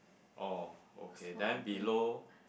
oh okay then below